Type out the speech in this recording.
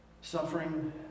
suffering